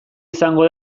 izango